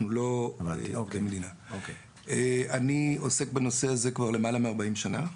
אני עוסק בנושא הזה למעלה מ-40 שנים.